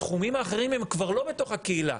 התחומים האחרים הם כבר לא בתוך הקהילה.